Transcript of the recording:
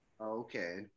Okay